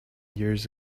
years